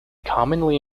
commonly